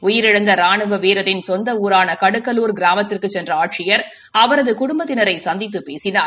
உயிரிழந்த ராணுவ வீராரின் கொந்த ஊரான கடுக்கலூர் கிராமத்திற்குச் சென்ற ஆட்சியர் அவரது குடும்பத்தினரை சந்தித்து பேசினார்